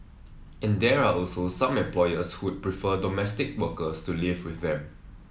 and there are also some employers who would prefer domestic workers to live with them